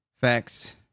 Facts